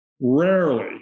rarely